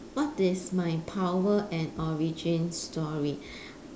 what is my power and origin story